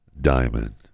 diamond